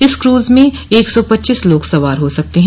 इस क्रूज में एक सौ पच्चीस लोग सवार हो सकते हैं